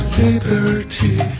Liberty